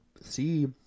see